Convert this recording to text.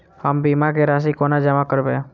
हम बीमा केँ राशि कोना जमा करबै?